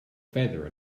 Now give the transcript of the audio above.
feather